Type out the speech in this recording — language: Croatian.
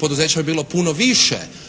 poduzeća bi bilo puno više